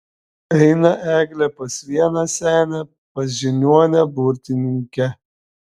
eina eglė pas vieną senę pas žiniuonę burtininkę